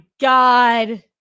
God